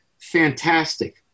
fantastic